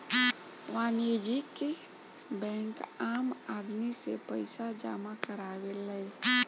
वाणिज्यिक बैंक आम आदमी से पईसा जामा करावेले